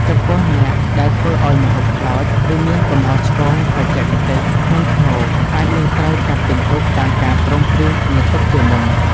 ចំពោះអ្នកដែលធ្វើឱ្យម្ហូបខ្លោច ឬមានកំហុសឆ្គងបច្ចេកទេសធ្ងន់ធ្ងរ អាចនឹងត្រូវកាត់ពិន្ទុតាមការព្រមព្រៀងគ្នាទុកជាមុន។